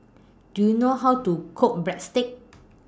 Do YOU know How to Cook Breadsticks